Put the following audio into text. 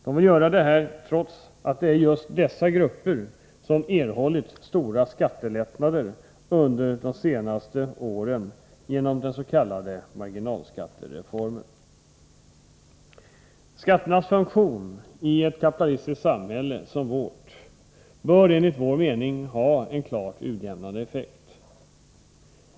De vill göra detta trots att det är just dessa grupper som erhållit stora skattelättnader under de senaste åren genom den s.k. marginalskattereformen. Skatternas funktion i ett kapitalistiskt samhälle som vårt bör enligt vår mening ha en klart utjämnande effekt.